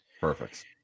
Perfect